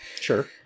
sure